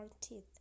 teeth